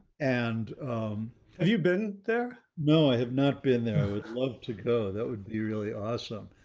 and have you been there? no, i have not been there, i would love to go, that would be really awesome.